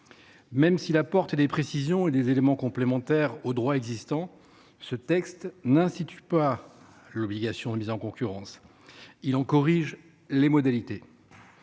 Même s’il apporte des précisions et des éléments complémentaires au droit existant, ce texte n’institue pas l’obligation de mise en concurrence. Il en corrige les modalités.